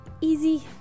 easy